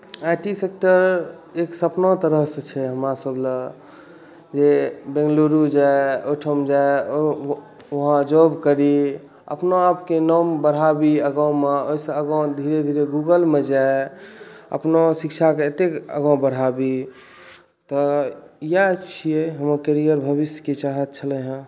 आई T sector एक सपना तरहसऽ छै हमरा सभलए जे बंगलुरू जाय ओहिठाम जाय वहाँ जॉब करी अपने आप के नाम बढ़ाबी आगाँ मे ओहिसँ आगाँ मे धीरे धीरे गुगलमे जाय अपनो शिक्षाकें एतेक आगाँ बढ़ाबी तऽ इएह छियै हमर कैरियर भविष्यके चाहत छलै हँ